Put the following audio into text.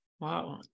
wow